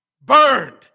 burned